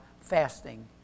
fasting